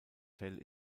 fell